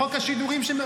חוק השידורים,